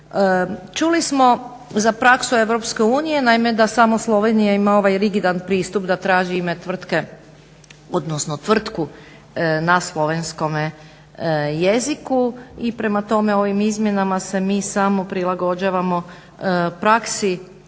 Čuli smo za praksu Europske unije, naime da samo Slovenija ima ovaj rigidan pristup da traži ime tvrtke odnosno tvrtku na slovenskom jeziku i prema tome ovim izmjenama se mi samo prilagođavamo praksi gotovo